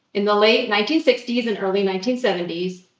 in the late nineteen sixty s and early nineteen seventy s,